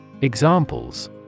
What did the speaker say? Examples